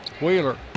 Wheeler